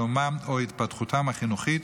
שלומם או התפתחותם החינוכית,